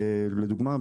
לדוגמה,